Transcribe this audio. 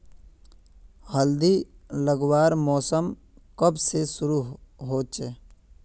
हल्दी लगवार मौसम कब से शुरू होचए?